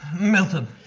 milton.